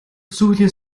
зүйлийн